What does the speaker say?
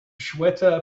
shweta